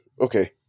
okay